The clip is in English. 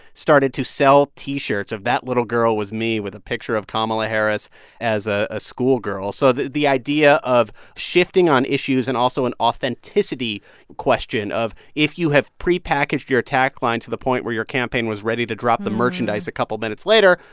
started to sell t-shirts of that, little girl was me, with a picture of kamala harris as ah a schoolgirl. so the the idea of shifting on issues and also an authenticity question of, if you have prepackaged your attack line to the point where your campaign was ready to drop the merchandise a couple minutes later,